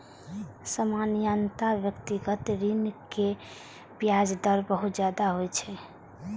सामान्यतः व्यक्तिगत ऋण केर ब्याज दर बहुत ज्यादा होइ छै